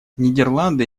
нидерланды